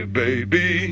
baby